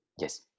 Yes